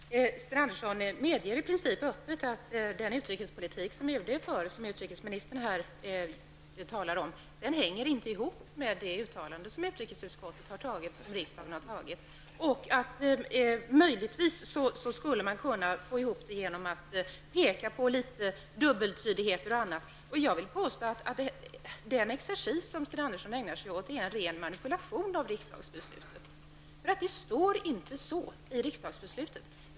Herr talman! Sten Andersson medger i princip öppet att den utrikespolitik som UD för inte hänger ihop med det uttalande som utrikesutskottet har anfört och som riksdagen har ställt sig bakom. Möjligtvis skulle man kunna få ihop det genom att bl.a. peka på dubbeltydigheter. Jag vill påstå att den exercis som Sten Andersson ägnar sig åt är en ren manipulation av riksdagens beslut. Det står nämligen inte så i riksdagsbeslutet.